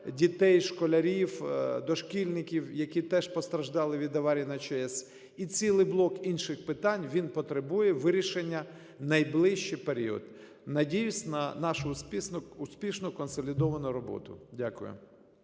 дітей, школярів, дошкільників, які теж постраждали від аварії на ЧАЕС; і цілий блок інших питань. Він потребує вирішення в найближчий період. Надіюся на нашу успішну консолідовану роботу. Дякую.